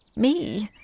me.